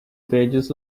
pages